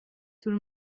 tout